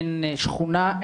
אין שכונה,